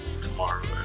tomorrow